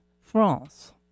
France